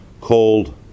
called